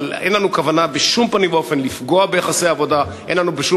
אבל אין לנו כוונה בשום פנים ואופן לפגוע ביחסי העבודה בישראל,